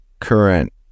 current